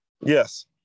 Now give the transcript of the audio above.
Yes